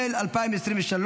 גפני,